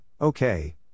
okay